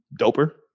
doper